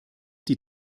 die